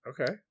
Okay